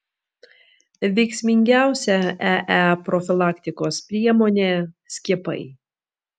veiksmingiausia ee profilaktikos priemonė skiepai